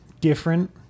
different